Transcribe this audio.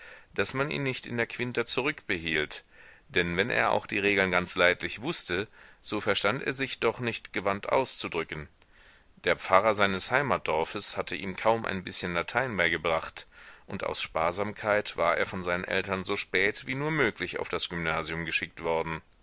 daß man ihn nicht in der quinta zurückbehielt denn wenn er auch die regeln ganz leidlich wußte so verstand er sich doch nicht gewandt auszudrücken der pfarrer seines heimatdorfes hatte ihm kaum ein bißchen latein beigebracht und aus sparsamkeit war er von seinen eltern so spät wie nur möglich auf das gymnasium geschickt worden